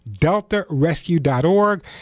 deltarescue.org